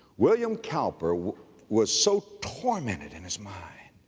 william cowper was so tormented in his mind.